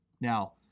Now